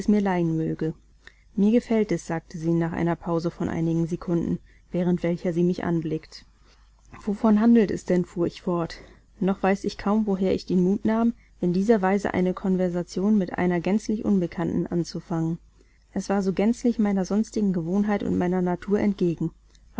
mir leihen möge mir gefällt es sagte sie nach einer pause von einigen sekunden während welcher sie mich angeblickt wovon handelt es denn fuhr ich fort noch weiß ich kaum woher ich den mut nahm in dieser weise eine konversation mit einer gänzlich unbekannten anzufangen es war so gänzlich meiner sonstigen gewohnheit und meiner natur entgegen